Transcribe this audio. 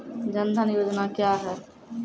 जन धन योजना क्या है?